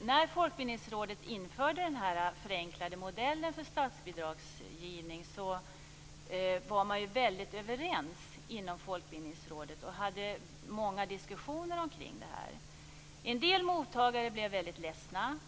När Folkbildningsrådet införde den förenklade modellen för statsbidragsgivning var man väldigt överens. Man hade många diskussioner omkring detta. En del mottagare blev väldigt ledsna.